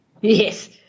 Yes